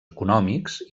econòmics